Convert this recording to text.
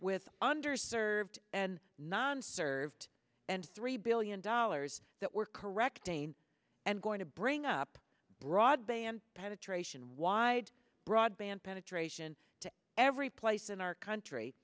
with under served and non served and three billion dollars that we're correct dane and going to bring up broadband penetration wide broadband penetration to every place in our country